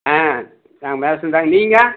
ஆ நான் மேன்சன் தான் நீங்கள்